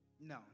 No